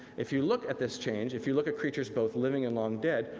if you look at this change, if you look at creatures both living and long dead,